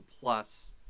plus